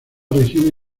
región